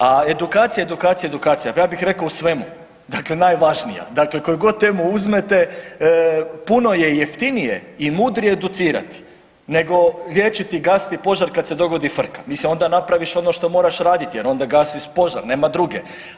A edukacija, edukacija, edukacija ja bih rekao u svemu dakle najvažnija, dakle koju god temu uzmete puno je jeftinije i mudrije educirati nego liječiti i gasiti požar kad se dogodi frka, mislim onda napraviš onda ono što moraš raditi jer onda gasiš požar nema druge.